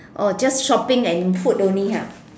orh just shopping and food only ah